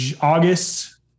August